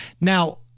Now